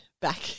back